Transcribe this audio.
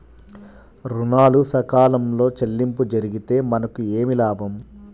ఋణాలు సకాలంలో చెల్లింపు జరిగితే మనకు ఏమి లాభం?